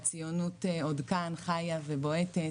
שהציונות עוד כאן, חיה ובועטת.